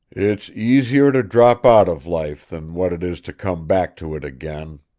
it's easier to drop out of life than what it is to come back to it again.